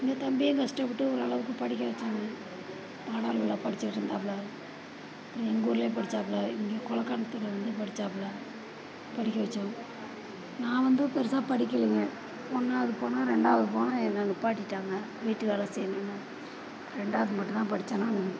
எங்கள் தம்பியும் கஷ்டப்பட்டு ஓரளவுக்கு படிக்க வச்சாங்க படிச்சுக்கிட்ருந்தாப்புல எங்கள் ஊரிலையே படித்தாப்புல இங்கே கொளக்காணத்தில் வந்து படித்தாப்புல படிக்க வச்சோம் நான் வந்து பெரிசா படிக்கலைங்க ஒன்றாவது போனே ரெண்டாவது போனே என்னை நிப்பாட்டிட்டாங்க வீட்டு வேலை செய்யணுன்னு ரெண்டாவது மட்டும்தான் படித்தேன் நான்